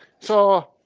so.